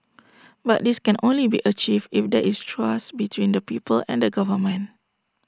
but this can only be achieved if there is trust between the people and the government